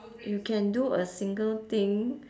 you can do a single thing